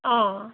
অঁ